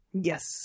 Yes